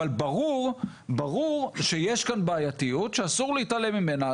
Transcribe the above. אבל ברור שיש כאן בעייתיות שאסור להתעלם ממנה.